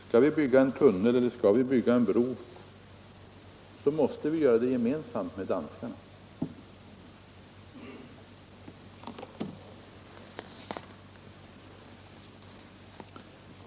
Skall vi bygga en tunnel eller en bro, måste vi göra det gemensamt med danskarna.